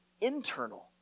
internal